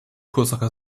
größere